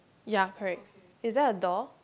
ya correct is there a door